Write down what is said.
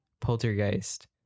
Poltergeist